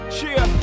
Cheer